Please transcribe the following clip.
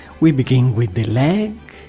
we begin with the leg,